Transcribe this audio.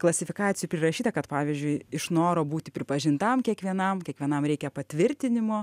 klasifikacijų prirašyta kad pavyzdžiui iš noro būti pripažintam kiekvienam kiekvienam reikia patvirtinimo